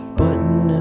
button